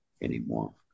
anymore